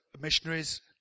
missionaries